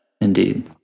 Indeed